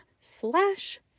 slash